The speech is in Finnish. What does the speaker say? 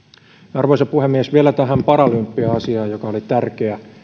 arvoisa puhemies vielä tähän paralympia asiaan joka oli tärkeä